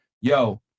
yo